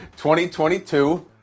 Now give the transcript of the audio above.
2022